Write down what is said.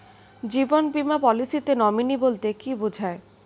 জীবন বীমা পলিসিতে নমিনি বলতে কি বুঝায়?